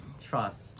Trust